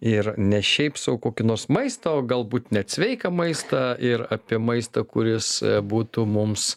ir ne šiaip sau kokį nors maistą o galbūt net sveiką maistą ir apie maistą kuris būtų mums